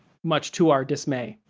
much to our dismay.